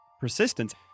persistence